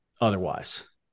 otherwise